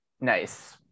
Nice